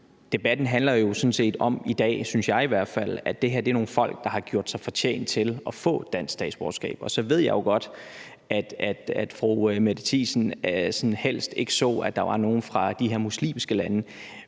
hvert fald, at det her er nogle folk, der har gjort sig fortjent til at få dansk statsborgerskab. Så ved jeg jo godt, at fru Mette Thiesen helst ikke så, at der var nogen fra de her muslimske lande,